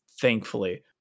thankfully